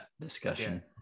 discussion